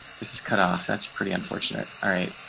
this is cut off. that's pretty unfortunate. all right.